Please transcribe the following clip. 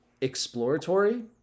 exploratory